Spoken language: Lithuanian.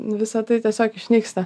visa tai tiesiog išnyksta